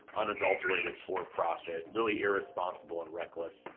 unadulterated, for profit, really irresponsible and reckless,